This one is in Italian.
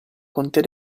contea